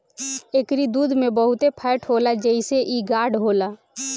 एकरी दूध में बहुते फैट होला जेसे इ गाढ़ होला